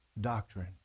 doctrine